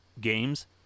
games